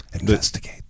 Investigate